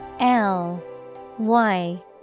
L-Y